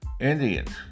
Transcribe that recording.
Indians